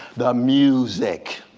the music,